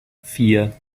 vier